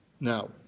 Now